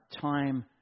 time